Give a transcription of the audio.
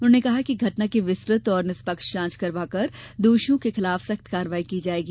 उन्होंने कहा कि घटना की विस्तुत और निष्पक्ष जाँच करवाकर दोषियों के विरूद्ध सख्त कार्रवाई की जाएगी